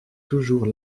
toujours